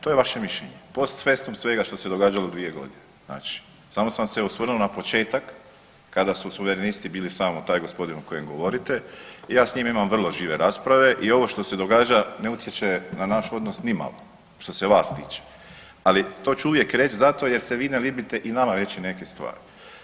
To je vaše mišljenje, post festum svega što se događalo 2.g., znači samo sam se osvrnuo na početak kada su suverenisti bili samo taj gospodin o kojem govorite i ja s njim imam vrlo žive rasprave i ovo što se događa ne utječe na naš odnos nimalo što se vas tiče, ali to ću uvijek reć, zato jer se vi ne libite i nama reći neke stvari.